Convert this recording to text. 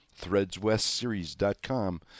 threadswestseries.com